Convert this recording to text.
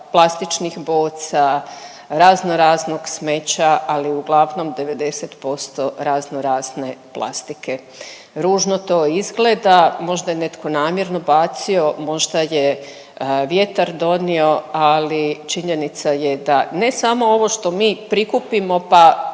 plastičnih boca, raznoraznog smeća, ali uglavnom 90% razno razne plastike. Ružno to izgleda, možda je netko namjerno bacio, možda je vjetar donio ali činjenica je da ne samo ovo što mi prikupimo pa